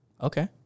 Okay